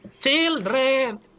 Children